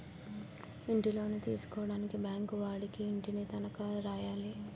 ఇంటిలోను తీసుకోవడానికి బ్యాంకు వాడికి ఇంటిని తనఖా రాయాలి